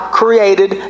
created